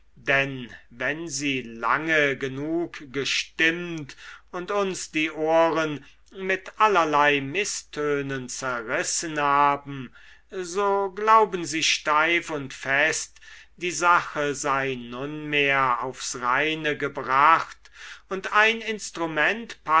denn wenn sie lange genug gestimmt und uns die ohren mit allerlei mißtönen zerrissen haben so glauben sie steif und fest die sache sei nunmehr aufs reine gebracht und ein instrument